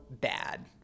bad